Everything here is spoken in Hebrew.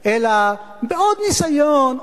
אלא בעוד ניסיון,